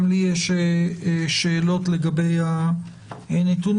גם לי יש שאלות לגבי הנתונים,